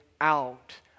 out